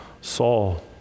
Saul